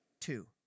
Two